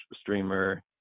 streamer